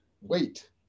Wait